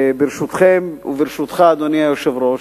ברשותכם וברשותך, אדוני היושב-ראש,